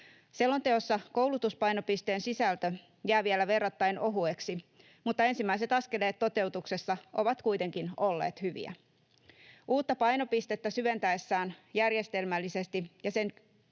Selonteossa koulutuspainopisteen sisältö jää vielä verrattain ohueksi, mutta ensimmäiset askeleet toteutuksessa ovat kuitenkin olleet hyviä. Uutta painopistettä syvennetään järjestelmällisesti ja sen